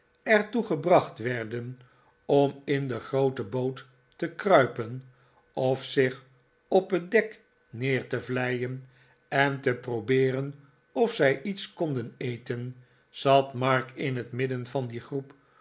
er toe gebracht werden om in de groote boot te kruipen of zich op het dek neer te vleien en te probeeren of zij iets konden eten zat mark in het midden van die groep